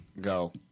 Go